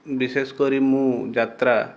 ବିଶେଷ କରି ମୁଁ ଯାତ୍ରା